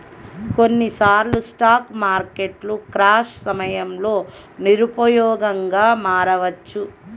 కొన్నిసార్లు స్టాక్ మార్కెట్లు క్రాష్ సమయంలో నిరుపయోగంగా మారవచ్చు